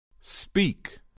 speak